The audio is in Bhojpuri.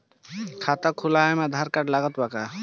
खाता खुलावे म आधार कार्ड लागत बा का?